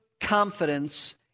confidence